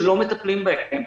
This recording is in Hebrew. שלא מטפלים בהן.